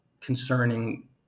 concerning